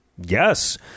Yes